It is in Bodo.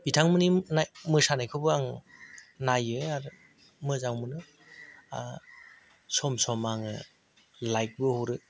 बिथांमोननि मोसानायखौबो आं नायो आरो मोजां मोनो सम सम आंङो लाइकबो हरो